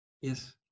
Yes